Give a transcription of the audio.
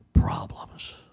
problems